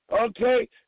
Okay